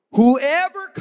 Whoever